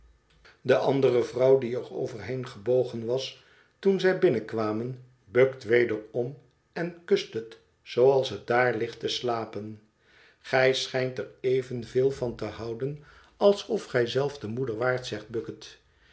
de andere vrouw die er overheen gebogen was toen zij binnenkwamen bukt wederom en kust het zooals het daar ligt te slapen gij schijnt er evenveel van te houden alsof gij zelf de moeder waart zegt bucket